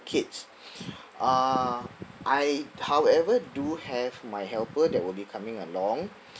kids uh I however do have my helper that will be coming along